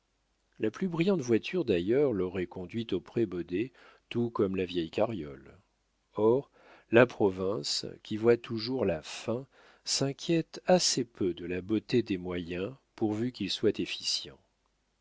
la plus brillante voiture d'ailleurs l'aurait conduite au prébaudet tout comme la vieille carriole or la province qui voit toujours la fin s'inquiète assez peu de la beauté des moyens pourvu qu'ils soient